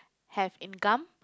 have income